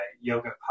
yoga